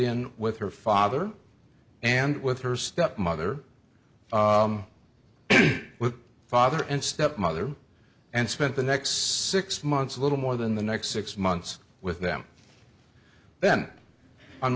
in with her father and with her stepmother with father and stepmother and spent the next six months a little more than the next six months with them then on